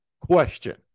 question